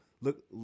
look